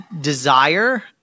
desire